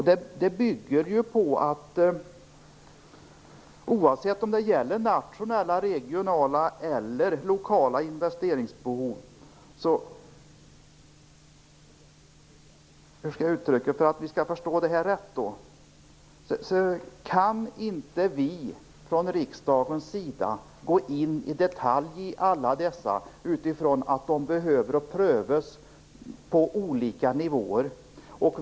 Detta bygger på att oavsett om det gäller nationella, regionala eller lokala investeringsbehov - hur skall jag uttrycka mig för att vi skall förstå det här rätt - så kan inte vi från riksdagens sida gå in i detalj i alla dessa utifrån att de behöver prövas på olika nivåer.